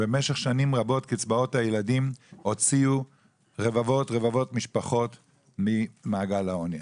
במשך שנים רבות קצבאות הילדים הוציאו רבבות משפחות ממעגל העוני.